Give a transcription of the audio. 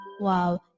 Wow